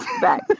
back